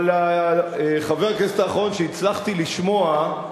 אבל חבר הכנסת האחרון שהצלחתי לשמוע,